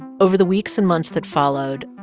over the weeks and months that followed,